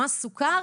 מס הסוכר